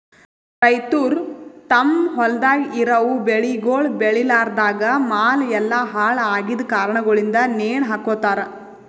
ರೈತುರ್ ತಮ್ ಹೊಲ್ದಾಗ್ ಇರವು ಬೆಳಿಗೊಳ್ ಬೇಳಿಲಾರ್ದಾಗ್ ಮಾಲ್ ಎಲ್ಲಾ ಹಾಳ ಆಗಿದ್ ಕಾರಣಗೊಳಿಂದ್ ನೇಣ ಹಕೋತಾರ್